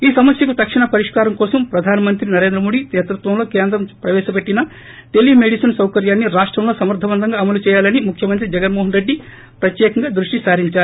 ఈ సమస్యకు తక్షణ పరిష్కారం కోసం ప్రధాన మంత్రి నరేంద్ర మోడీ నేతృత్వంలో కేంద్రం ప్రవేశపిట్టిన టెలీ మెడిసిన్ సౌకర్యాన్ని రాష్టంలో సమర్దవంతంగా అమలు చేయాలని ముఖ్యమంత్రి జగన్మోహన్ రెడ్డి ప్రత్యేకంగా దృష్టిసారించారు